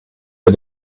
mit